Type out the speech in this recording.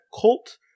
cult